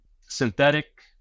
Synthetic